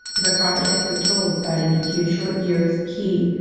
if a prophet had foretold that in a few short years he,